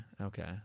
okay